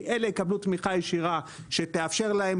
כי אלה יקבלו תמיכה ישירה שתאפשר להם